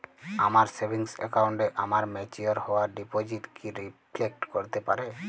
আমার সেভিংস অ্যাকাউন্টে আমার ম্যাচিওর হওয়া ডিপোজিট কি রিফ্লেক্ট করতে পারে?